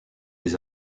des